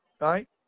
right